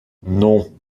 non